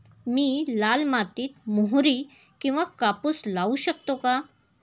मी लाल मातीत मोहरी किंवा कापूस लावू शकतो का?